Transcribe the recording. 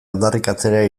aldarrikatzera